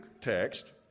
text